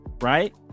right